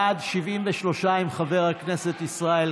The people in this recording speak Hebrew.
התשפ"ב